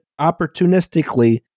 opportunistically